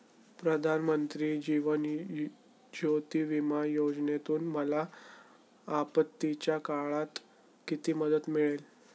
प्रधानमंत्री जीवन ज्योती विमा योजनेतून मला आपत्तीच्या काळात किती मदत मिळेल?